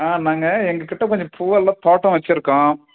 நாங்கள் எங்கள்கிட்ட கொஞ்சம் பூவெல்லாம் தோட்டம் வச்சுருக்கோம்